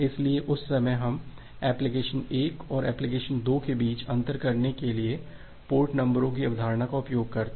इसलिए उस समय हम एप्लीकेशन 1 और एप्लीकेशन 2 के बीच अंतर करने के लिए पोर्ट नंबर की अवधारणा का उपयोग करते हैं